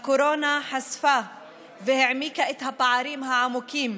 הקורונה חשפה והעמיקה את הפערים העמוקים,